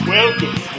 Welcome